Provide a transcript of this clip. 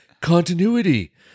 continuity